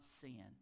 sin